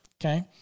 okay